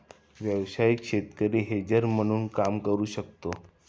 व्यावसायिक शेतकरी हेजर म्हणून काम करू शकतो